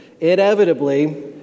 Inevitably